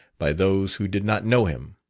by those who did not know him.